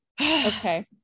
Okay